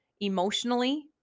emotionally